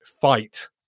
fight